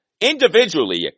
individually